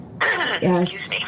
Yes